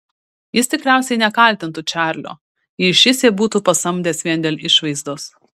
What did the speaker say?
jis tikriausiai nekaltintų čarlio jei šis ją būtų pasamdęs vien dėl išvaizdos